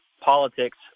politics